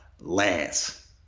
Lance